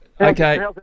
Okay